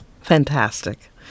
Fantastic